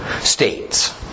states